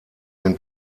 den